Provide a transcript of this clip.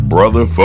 Brother